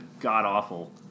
god-awful